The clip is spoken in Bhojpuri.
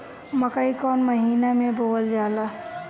मकई कौन महीना मे बोअल जाला?